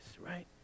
right